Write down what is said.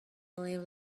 live